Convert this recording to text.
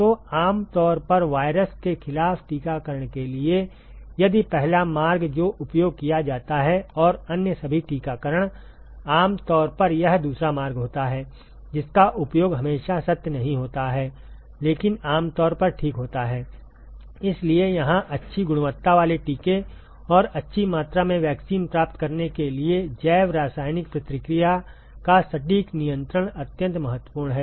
तो आम तौर पर वायरस के खिलाफ टीकाकरण के लिए यदि पहला मार्ग जो उपयोग किया जाता है और अन्य सभी टीकाकरण आमतौर पर यह दूसरा मार्ग होता है जिसका उपयोग हमेशा सत्य नहीं होता है लेकिन आमतौर पर ठीक होता है इसलिए यहां अच्छी गुणवत्ता वाले टीके और अच्छी मात्रा में वैक्सीन प्राप्त करने के लिए जैव रासायनिक प्रतिक्रिया का सटीक नियंत्रण अत्यंत महत्वपूर्ण है